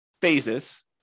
phases